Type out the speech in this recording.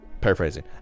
paraphrasing